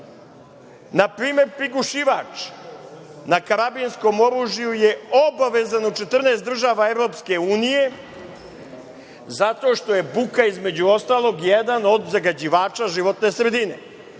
primer, prigušivač na karabinskom oružju je obavezan u 14 država EU zato što je buka, između ostalog, jedan od zagađivača životne sredine.